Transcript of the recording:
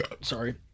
Sorry